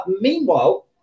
Meanwhile